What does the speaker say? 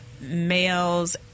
males